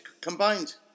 combined